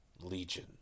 legion